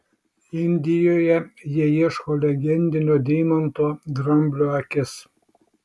indijoje jie ieško legendinio deimanto dramblio akis